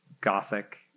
gothic